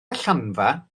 allanfa